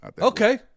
Okay